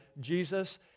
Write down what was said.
Jesus